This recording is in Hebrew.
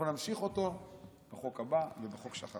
אנחנו נמשיך אותו בחוק הבא ובחוק שאחריו.